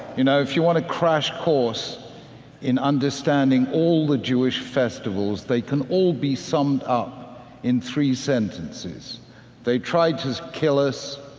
you know, if you want a crash course in understanding all the jewish festivals, they can all be summed up in three sentences they tried to kill us.